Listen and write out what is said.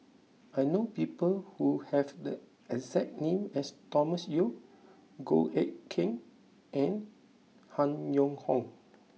I know people who have the exact name as Thomas Yeo Goh Eck Kheng and Han Yong Hong